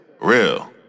Real